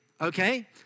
okay